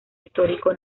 histórico